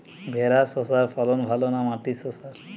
ভেরার শশার ফলন ভালো না মাটির শশার?